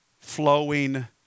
flowing